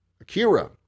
akira